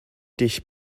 dich